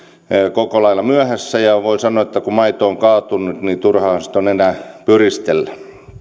koko lailla myöhässä ja voin sanoa että kun maito on kaatunut niin turhaa sitä on enää pyristellä